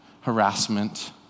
harassment